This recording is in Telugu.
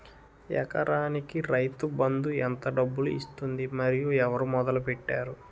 ఎకరానికి రైతు బందు ఎంత డబ్బులు ఇస్తుంది? మరియు ఎవరు మొదల పెట్టారు?